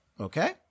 Okay